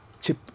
chip